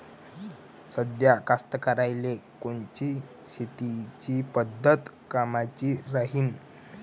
साध्या कास्तकाराइले कोनची शेतीची पद्धत कामाची राहीन?